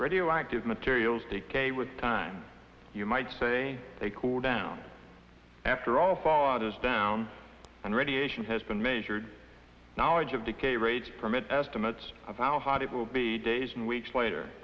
radioactive materials decay with time you might say they cool down after all thought is down and radiation has been measured knowledge of decay rates permit estimates of how hot it will be days and weeks later